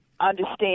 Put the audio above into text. understand